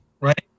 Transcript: right